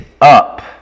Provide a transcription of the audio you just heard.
up